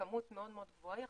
ובכמות מאוד מאוד גבוהה יחסית,